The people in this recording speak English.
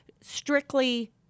strictly